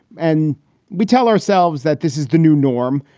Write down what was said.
and we tell ourselves that this is the new norm,